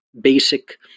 basic